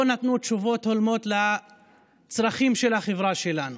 נתנו תשובות הולמות לצרכים של החברה שלנו.